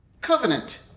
Covenant